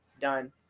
Done